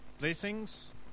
blessings